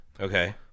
Okay